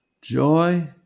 joy